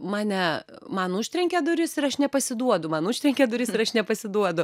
mane man užtrenkia duris ir aš nepasiduodu man užtrenkia duris ir aš nepasiduodu